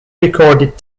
recorded